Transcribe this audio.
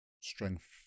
strength